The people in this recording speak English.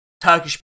Turkish